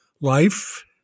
life